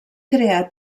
crear